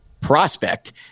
prospect